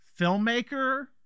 filmmaker